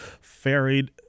ferried